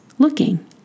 looking